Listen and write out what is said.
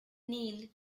neil